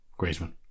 Griezmann